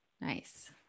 nice